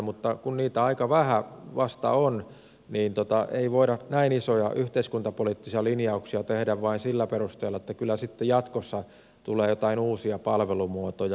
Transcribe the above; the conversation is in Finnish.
mutta kun niitä aika vähän vasta on niin ei voida näin isoja yhteiskuntapoliittisia linjauksia tehdä vain sillä perusteella että kyllä sitten jatkossa tulee jotain uusia palvelumuotoja